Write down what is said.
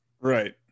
right